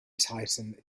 titan